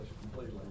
completely